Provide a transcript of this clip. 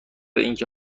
اینکه